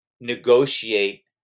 negotiate